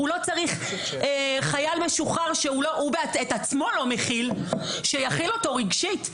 הוא לא צריך חייל משוחרר - שאת עצמו הוא לא מכיל - שיכיל אותו רגשית.